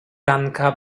ranka